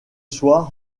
soir